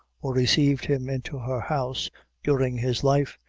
or received him into her house during his life,